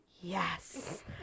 yes